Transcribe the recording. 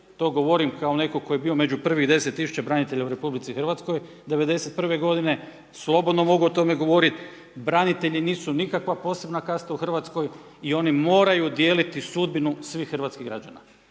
To govorim kao netko tko je bio među prvih 10000 branitelja u RH, '91. godine, slobodno mogu o tome govoriti. Branitelji nisu nikakva posebna kasta u Hrvatskoj i oni moraju dijeliti sudbinu svih hrvatskih građana.